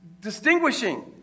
distinguishing